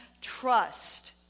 trust